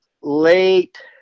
late